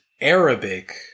Arabic